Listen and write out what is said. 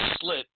slit